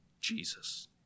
Jesus